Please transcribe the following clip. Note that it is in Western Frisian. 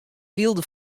wylde